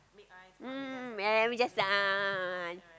mm mm mm mm yeah I mean just a'ah a'ah a'ah